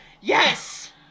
Yes